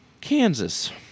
Kansas